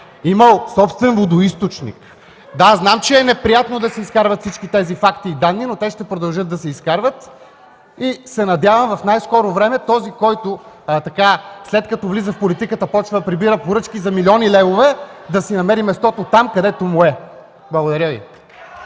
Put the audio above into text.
имал собствен водоизточник! Да, знам, че е неприятно да се изкарват всички тези факти и данни, но те ще продължават да се изкарват. Надявам се в най-скоро време този, който, след като влиза в политиката, започва да прибира поръчки за милиони левове, да си намери мястото там, където му е. Благодаря Ви.